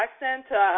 accent